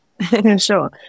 Sure